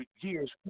years